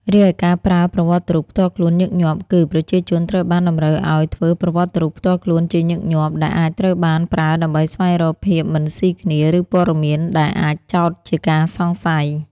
រីឯការធ្វើប្រវត្តិរូបផ្ទាល់ខ្លួនញឹកញាប់គឺ ប្រជាជនត្រូវបានតម្រូវឱ្យធ្វើប្រវត្តិរូបផ្ទាល់ខ្លួនជាញឹកញាប់ ដែលអាចត្រូវបានប្រើដើម្បីស្វែងរកភាពមិនស៊ីគ្នា ឬព័ត៌មានដែលអាចចោទជាការសង្ស័យ។